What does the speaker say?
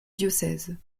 diocèse